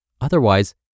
Otherwise